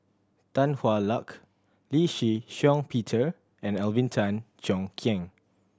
Tan Hwa Luck Lee Shih Shiong Peter and Alvin Tan Cheong Kheng